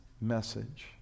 message